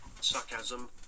sarcasm